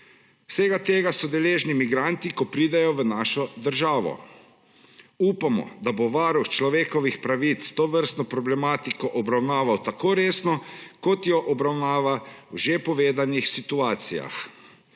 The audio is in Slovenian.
Vsega tega so deležni migranti, ko pridejo v našo državo. Upamo, da bo Varuh človekovih pravic tovrstno problematiko obravnaval tako resno, kot jo obravnava v že povedanih situacijah.